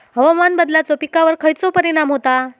हवामान बदलाचो पिकावर खयचो परिणाम होता?